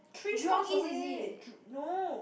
three stops away no